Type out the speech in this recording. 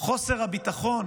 חוסר הביטחון